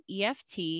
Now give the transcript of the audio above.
EFT